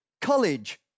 college